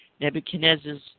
Nebuchadnezzar's